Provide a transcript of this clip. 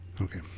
Okay